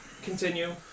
Continue